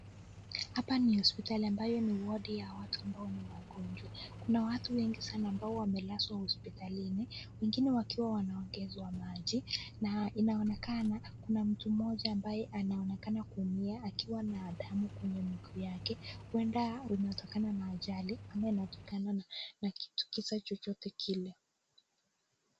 Hapa ni hospitali ambayo ni wodi ya watu ambao ni wagonjwa. Kuna watu wengi sana ambao wamelazwa hospitalini. Wengine wakiwa wanaongezwa maji na inaonekana kuna mtu mmoja ambaye anaonekana kuumia akiwa na damu kwenye miguu yake. Huenda inatokana na ajali ama inatokana na na kitu kisa chochote kile.